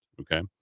okay